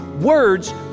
Words